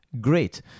great